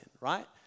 right